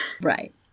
Right